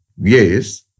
Yes